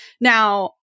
now